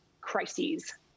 crises